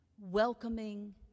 welcoming